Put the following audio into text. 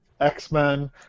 X-Men